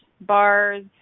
bars